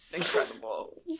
Incredible